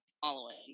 following